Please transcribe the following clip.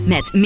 Met